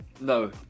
No